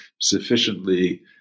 sufficiently